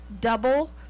double